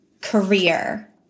career